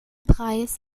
preis